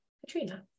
Katrina